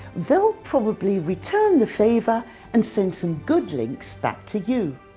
they'll probably return the favour and send some good links back to you.